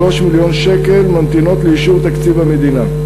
מיליון שקל ממתינות לאישור תקציב המדינה.